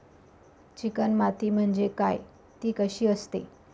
Chicken माती म्हणजे काय? ति कशी असते?